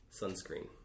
sunscreen